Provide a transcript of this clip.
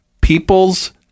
People's